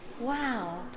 wow